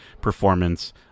performance